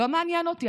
לא מעניין אותי.